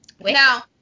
Now